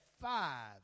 five